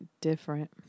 different